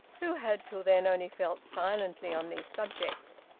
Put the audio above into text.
who had till then only felt silently on these subjects.